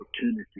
opportunity